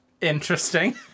Interesting